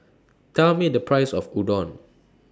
Tell Me The Price of Udon